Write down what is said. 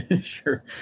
Sure